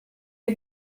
you